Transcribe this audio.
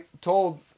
told